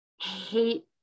hate